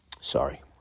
Sorry